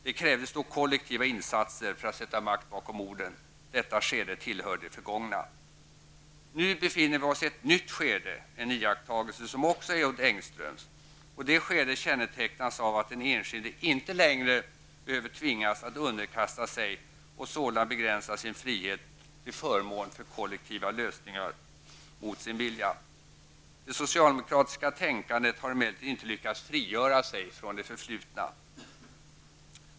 Det krävdes då kollektiva insatser för att sätta makt bakom orden. Detta skede tillhör det förgångna. Nu befinner vi oss i ett nytt skede, en iakttagelse som också är Odd Engströms. Det skedet kännetecknas av att den enskilde inte längre behöver tvingas att underkasta sig och sålunda mot sin vilja begränsa sin frihet till förmån för kollektiva lösningar. Det socialdemokratiska tänkandet har emellertid inte lyckats frigöra sig från det förflutna.